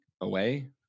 away